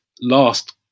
last